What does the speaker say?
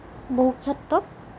বহু ক্ষেত্ৰত